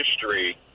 history